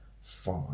five